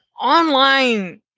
online